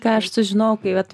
ką aš sužinojau kai vat